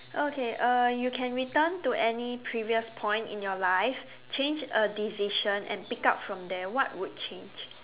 okay uh you can return to any previous point in your life change a decision and pick up from there what would change